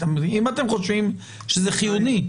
אם אתם חושבים שזה חיוני.